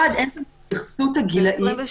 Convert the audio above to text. אחד, אין התייחסות לגילאים,